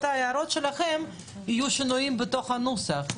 ההערות שלכם יהיו שינויים בתוך הנוסח.